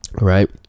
right